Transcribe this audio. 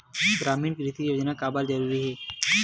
ग्रामीण कृषि योजना काबर जरूरी हे?